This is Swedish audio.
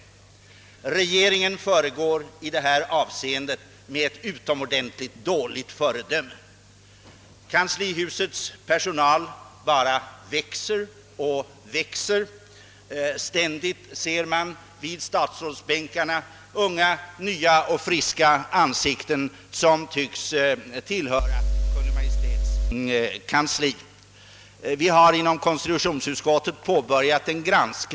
Men regeringen föregår i det avseendet med ett mycket dåligt föredöme. Kanslihusets personal bara växer och växer. Ständigt ser man vid statsrådsbänkarna unga, nya och friska ansikten, som tycks tillhöra personer i Kungl. Maj:ts kansli.